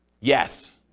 Yes